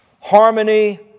harmony